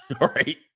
right